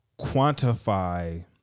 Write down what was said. quantify